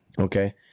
Okay